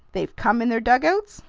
they've come in their dugouts?